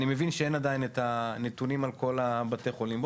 אני מבין שאין עדיין את הנתונים על כל בתי החולים.